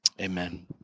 Amen